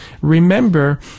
remember